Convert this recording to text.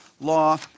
law